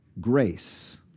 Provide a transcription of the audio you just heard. grace